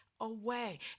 away